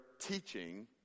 teaching